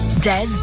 Des